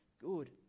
good